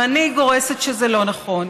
ואני גורסת שזה לא נכון.